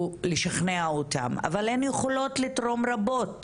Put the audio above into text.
לשכנע אותן, אבל הן יכולות לתרום רבות